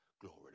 Glory